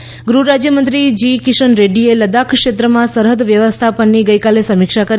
લેહ્ ગૃહ રાજ્યમંત્રી જી કિશન રેડ્ડીએ લદ્દાખ ક્ષેત્રમાં સરહદ વ્યવસ્થાપનની ગઇકાલે સમીક્ષા કરી